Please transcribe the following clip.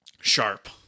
Sharp